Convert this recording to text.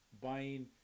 buying